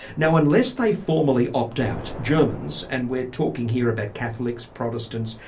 now unless they formally opt out, germans and we're talking here about catholics, protestants,